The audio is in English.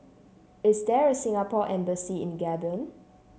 is there a Singapore Embassy in Gabon